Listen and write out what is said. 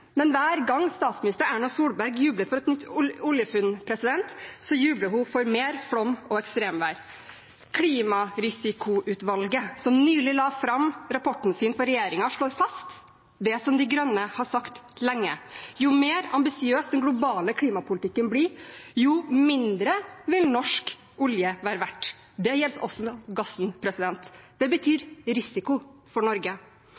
men hver gang statsminister Erna Solberg jubler for et nytt oljefunn, jubler hun for mer flom og ekstremvær. Klimarisikoutvalget, som nylig la fram rapporten sin for regjeringen, slår fast det som De Grønne har sagt lenge: Jo mer ambisiøs den globale klimapolitikken blir, jo mindre vil norsk olje være verdt. Det gjelder også gassen. Det betyr risiko for Norge.